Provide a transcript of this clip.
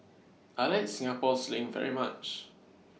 I like Singapore Sling very much